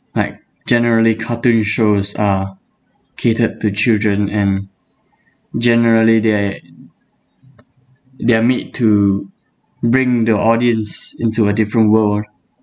like generally cartoon shows are catered to children and generally they're they're made to bring the audience into a different world